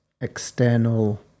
external